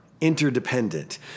interdependent